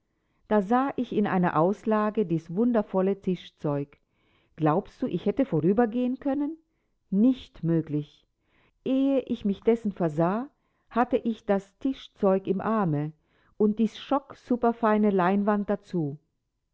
da sah ich in einer auslage dies wundervolle tischzeug glaubst du ich hätte vorübergehen können nicht möglich ehe ich mich dessen versah hatte ich das tischzeug im arme und dies schock superfeine leinwand dazu